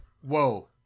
whoa